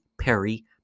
Perry